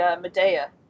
Medea